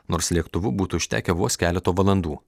nors lėktuvu būtų užtekę vos keleto valandų